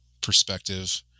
perspective